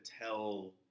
tell